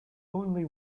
only